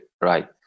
right